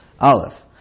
Aleph